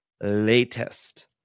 latest